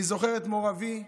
אני זוכר את מור אבי,